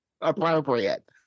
Appropriate